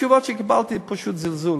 התשובות שקיבלתי הן פשוט זלזול,